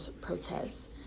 protests